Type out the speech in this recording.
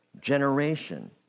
generation